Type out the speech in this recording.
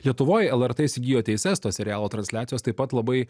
lietuvoje lrt įsigijo teises to serialo transliacijos taip pat labai